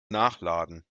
nachladen